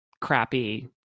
crappy